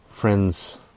Friends